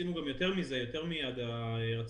הקורונה החדש) (שימוש באריזות של קמח - סימון תזונתי)(הוראת השעה),